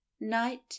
Night